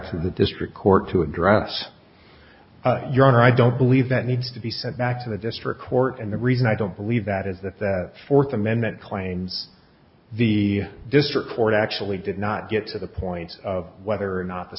to the district court to address your honor i don't believe that needs to be sent back to the district court and the reason i don't believe that is that that fourth amendment claims the district court actually did not get to the point of whether or not the